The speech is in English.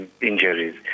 injuries